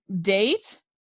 date